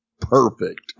perfect